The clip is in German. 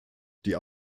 die